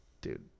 Dude